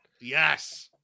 Yes